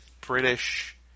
British